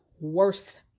worse